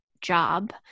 job